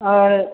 और